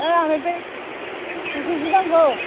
ओ आंनो बै दुइ केजि नांगौ